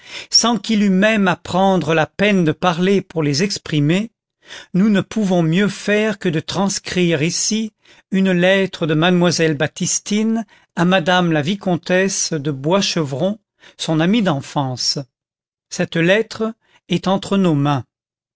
sans qu'il eût même à prendre la peine de parler pour les exprimer nous ne pouvons mieux faire que de transcrire ici une lettre de mademoiselle baptistine à madame la vicomtesse de boischevron son amie d'enfance cette lettre est entre nos mains